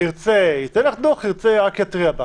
ירצה, ייתן לך דוח, ירצה, רק ייתן התראה.